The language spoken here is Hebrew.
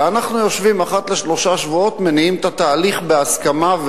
ואנחנו יושבים אחת לשלושה שבועות ומניעים את התהליך בהסכמה.